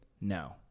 No